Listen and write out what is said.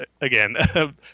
again